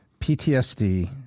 PTSD